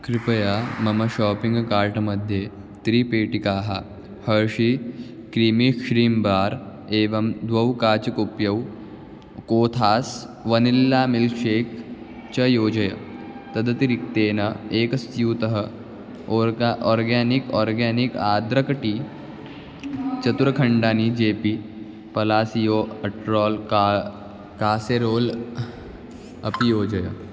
कृपया मम shopping cart मध्ये त्रि पेटिकाः हर्षी क्रीमी ख्रीम्बार् एवं द्वौ काचकुप्यौ कोथास् वनिल्ला मिल्क्शेक् च योजय तदतिरिक्तेन एकस्यूतः Orga organic organic adrak tea चतुर्खण्डानि जेपि पलासियो अट्रोल् का कासेरोल् अपि योजय